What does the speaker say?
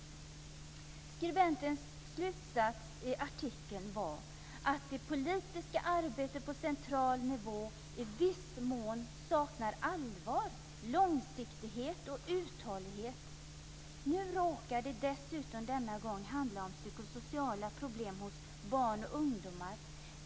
Skribentens slutsats i artikeln var att det politiska arbetet på central nivå i viss mån saknar allvar, långsiktighet och uthållighet. Nu råkar det dessutom denna gång handla om psykosociala problem hos barn och ungdomar.